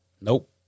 Nope